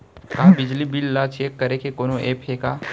का बिजली बिल ल चेक करे के कोनो ऐप्प हे का?